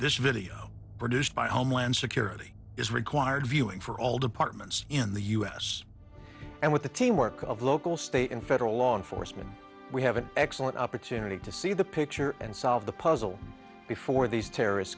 this video produced by homeland security is required viewing for all departments in the u s and with the teamwork of local state and federal law enforcement we have an excellent opportunity to see the picture and solve the puzzle before these terrorists